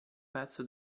pezzo